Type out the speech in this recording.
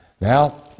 Now